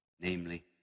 Namely